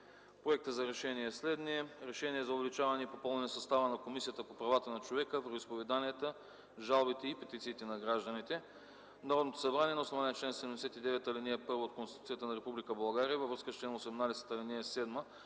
Проектът за решение е следният: „РЕШЕНИЕ за увеличаване и попълване състава на Комисията по правата на човека, вероизповеданията, жалбите и петициите на гражданите Народното събрание на основание чл. 79, ал. 1 от Конституцията на Република България, във връзка с чл. 18, ал. 7